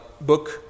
book